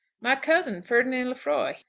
my cousin ferdinand lefroy.